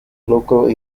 local